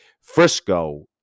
Frisco